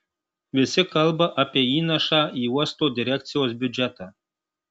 visi kalba apie įnašą į uosto direkcijos biudžetą